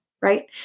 right